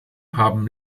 haben